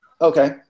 Okay